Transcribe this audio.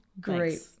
Great